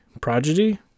Prodigy